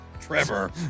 Trevor